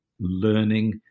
learning